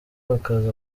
bakaza